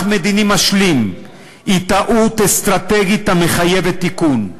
מדיני משלים היא טעות אסטרטגית המחייבת תיקון,